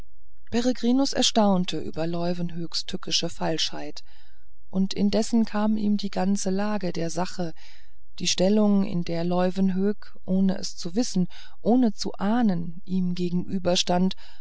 erstaunte über leuwenhoeks tückische falschheit indessen kam ihm die ganze lage der sache die stellung in der leuwenhoek ohne es zu wissen zu ahnen ihm